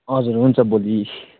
हजुर हुन्छ भोलि